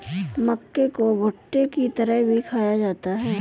मक्के को भुट्टे की तरह भी खाया जाता है